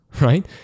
right